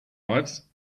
lives